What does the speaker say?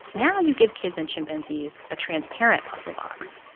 now you give kids and chimpanzees a transparent puzzle box.